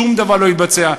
שום דבר לא יתבצע.